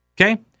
Okay